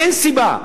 אין סיבה.